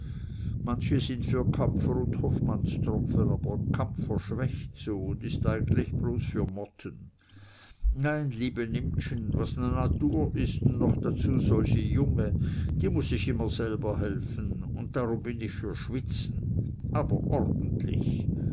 manche sind für kampfer und hoffmannstropfen aber kampfer schwächt so und is eigentlich bloß für motten nein liebe nimptschen was ne natur is un noch dazu solche junge die muß sich immer selber helfen un darum bin ich für schwitzen aber orntlich